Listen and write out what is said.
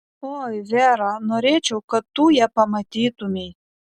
oi vera norėčiau kad tu ją pamatytumei